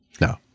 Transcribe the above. No